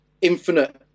infinite